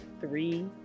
three